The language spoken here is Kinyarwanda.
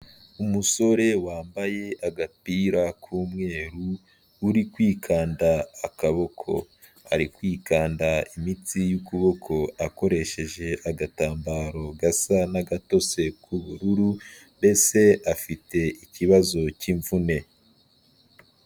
Umusore wambaye agapira k'umweru, uri kwikanda akaboko, ari kwikanda imitsi y'ukuboko akoresheje agatambaro gasa n'agatose k'ubururu, mbese afite ikibazo cy'imvune.